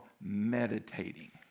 meditating